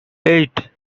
eight